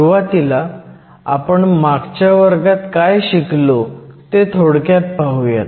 सुरुवातीला आपण मागच्या वर्गात काय शिकलो ते थोडक्यात पाहुयात